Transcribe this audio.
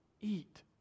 eat